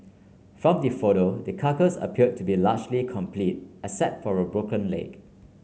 from the photo the carcass appear to be largely complete except for a broken leg